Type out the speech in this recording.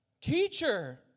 Teacher